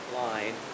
line